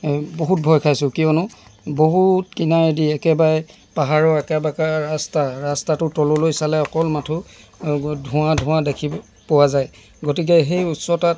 এই বহুত ভয় খাইছোঁ কিয়নো বহুত কিনাৰেদি একেবাৰে পাহাৰৰ একাবেকা ৰাস্তা ৰাস্তাটো তললৈ চালে অকল মাথোঁ ধোঁৱা ধোঁৱা দেখি পোৱা যায় গতিকে সেই উচ্চতাত